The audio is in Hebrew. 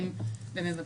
זעם?